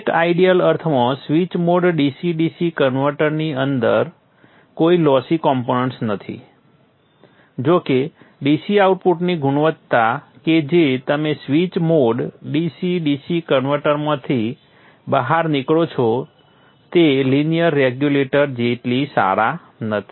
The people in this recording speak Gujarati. એક આઇડીઅલ અર્થમાં સ્વિચ મોડ DC DC કન્વર્ટરની અંદર કોઈ લોસી કમ્પોનન્ટ્સ નથી જો કે DC આઉટપુટની ગુણવત્તા કે જે તમે સ્વિચ મોડ DC DC કન્વર્ટરમાંથી બહાર નીકળો છો તે લીનિયર રેગુલેટર જેટલી સારા નથી